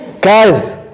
Guys